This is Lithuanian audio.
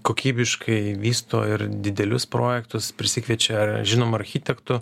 kokybiškai vysto ir didelius projektus prisikviečia žinomų architektų